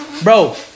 Bro